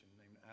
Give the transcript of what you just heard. named